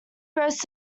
rose